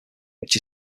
which